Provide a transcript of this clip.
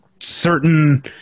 certain